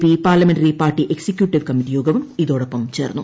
P parliamentary party executive committee യോഗവും ഇതോടൊപ്പം ചേർന്നു